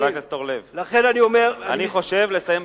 חבר הכנסת אורלב, אני חושב, לסיים בשיא.